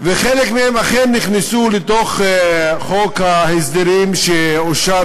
וחלק מהם אכן נכנסו לתוך חוק ההסדרים שאושר